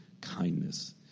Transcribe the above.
kindness